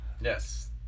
Yes